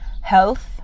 health